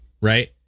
right